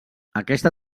aquesta